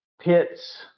pits